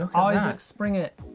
um ah issac springet.